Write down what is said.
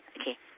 Okay